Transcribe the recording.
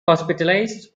hospitalized